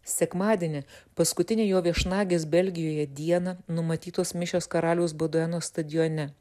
sekmadienį paskutinę jo viešnagės belgijoje dieną numatytos mišios karaliaus bodueno stadione